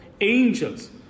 angels